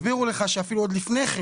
הסבירו לך שאפילו עוד לפני כן,